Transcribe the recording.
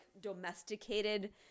domesticated